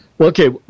Okay